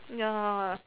ya